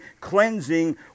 cleansing